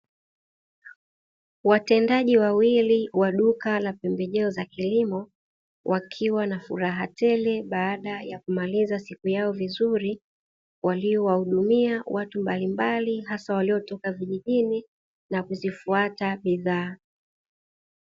Watendaji wawili wa duka la pembejeo za kilimo wakiwa na furaha tele baada ya kumaliza siku yao vizuri waliyowahudumia watu mbalimbali hasa waliyotoka vijijini na kuzifuata bidhaa.